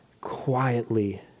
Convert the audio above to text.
quietly